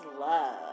love